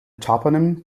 toponym